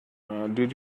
did